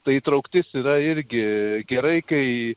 tai įtrauktis yra irgi gerai kai